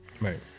Right